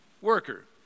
worker